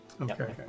Okay